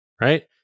right